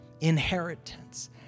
inheritance